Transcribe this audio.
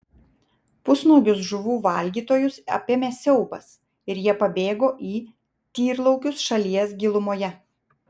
pusnuogius žuvų valgytojus apėmė siaubas ir jie pabėgo į tyrlaukius šalies gilumoje